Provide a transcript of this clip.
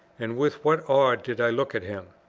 and with what awe did i look at him!